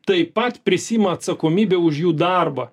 taip pat prisiima atsakomybę už jų darbą